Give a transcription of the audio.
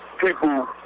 people